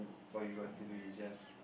what you got to do is just